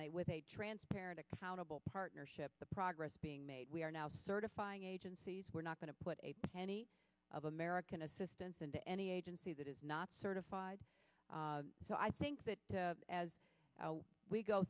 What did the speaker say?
see with a transparent accountable partnership the progress being made we are now certifying agencies we're not going to put a penny of american assistance into any agency that is not certified so i think that as we go